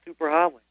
superhighway